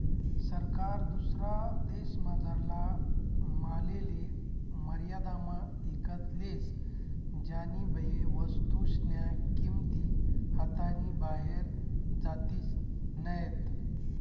सरकार दुसरा देशमझारला मालले मर्यादामा ईकत लेस ज्यानीबये वस्तूस्न्या किंमती हातनी बाहेर जातीस नैत